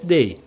Day